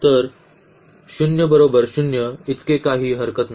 तर 0 बरोबर 0 इतके काही हरकत नाही